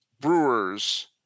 Brewers